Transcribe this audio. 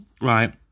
Right